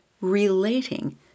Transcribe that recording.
relating